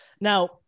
Now